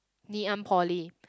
Ngee-Ann Poly